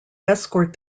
escort